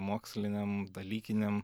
moksliniam dalykiniam